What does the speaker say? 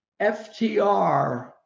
FTR